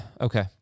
okay